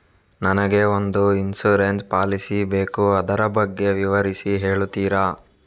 ನನಗೆ ಒಂದು insurance policy ಬೇಕು ಅದರ ಬಗ್ಗೆ ವಿವರಿಸಿ ಹೇಳುತ್ತೀರಾ?